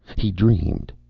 he dreamed.